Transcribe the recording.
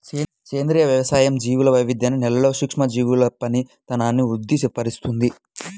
సేంద్రియ వ్యవసాయం జీవుల వైవిధ్యాన్ని, నేలలోని సూక్ష్మజీవుల పనితనాన్ని వృద్ది పరుస్తుంది